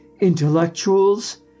intellectuals